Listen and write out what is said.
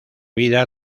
vida